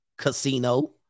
casino